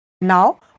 Now